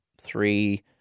three